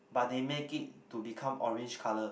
but they make it to become orange colour